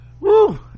Woo